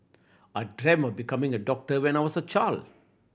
I dream of becoming a doctor when I was a child